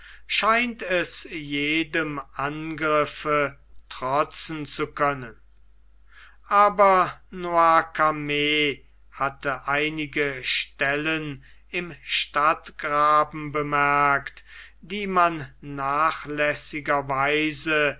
scheint es jedem angriffe trotzen zu können aber noircarmes hatte einige stellen im stadtgraben bemerkt die man nachlässigerweise